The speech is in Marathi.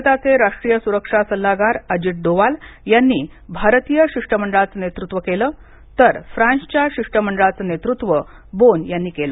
भारताचे राष्ट्रीय सुरक्षा सल्लागार अजीत डोवाल यांनी भारतीय शिष्टमंडळाचं नेतृत्व केलं तर फ्रांसच्या शिष्टमंडळाचं नेतृत्व बोन यांनी केलं